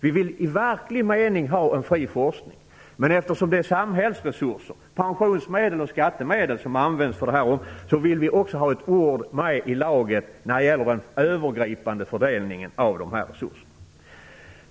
Vi vill i verklig mening ha en fri forskning, men eftersom det är samhällsresurser - pensionsmedel och skattemedel - som används för detta vill vi också ha ett ord med i laget när det gäller den övergripande fördelningen av resurserna.